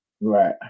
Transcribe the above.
Right